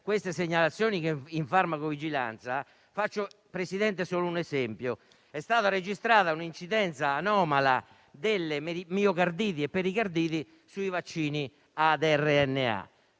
queste segnalazioni in farmacovigilanza, Presidente, le faccio solo un esempio: è stata registrata un'incidenza anomala di miocarditi e pericarditi dopo i vaccini a mRNA.